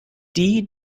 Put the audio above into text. die